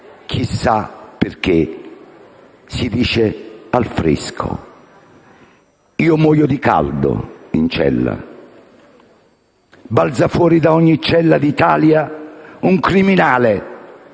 «Chissà perché si dice "al fresco". Io muoio di caldo, in cella». (…) Balza fuori da ogni cella d'Italia un criminale,